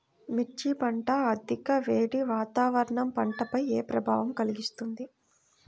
మిర్చి పంట అధిక వేడి వాతావరణం పంటపై ఏ ప్రభావం కలిగిస్తుంది?